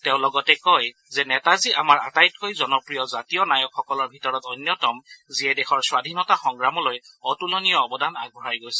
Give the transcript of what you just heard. তেওঁ লগতে কয় যে নেতাজী আমাৰ আটাইতকৈ জনপ্ৰিয় জাতীয় নায়কসকলৰ ভিতৰত অন্যতম যিয়ে দেশৰ স্বধীনতা সংগ্ৰামলৈ অতূলনীয় অৱদান আগবঢ়াই থৈ গৈছে